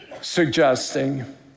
suggesting